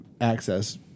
access